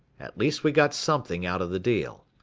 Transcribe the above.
at least we got something out of the deal.